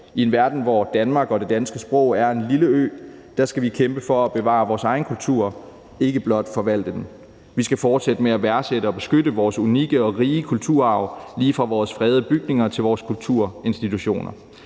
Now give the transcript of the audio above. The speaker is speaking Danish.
I en verden, hvor Danmark og det danske sprog er en lille ø, skal vi kæmpe for at bevare vores egen kultur, ikke blot forvalte den. Vi skal fortsætte med at værdsætte og beskytte vores unikke og rige kulturarv lige fra vores fredede bygninger til vores kulturinstitutioner.